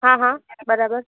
હા હા બરાબર